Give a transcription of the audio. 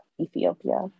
Ethiopia